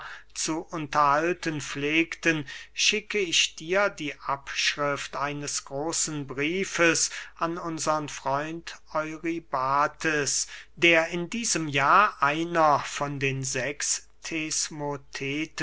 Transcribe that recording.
zu unterhalten pflegten schicke ich dir die abschrift eines großen briefes an unsern freund eurybates der in diesem jahr einer von den